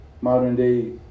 modern-day